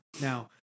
Now